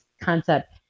concept